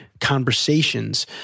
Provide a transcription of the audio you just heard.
conversations